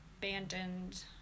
abandoned